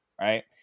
Right